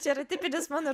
čia yra tipinis